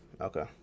okay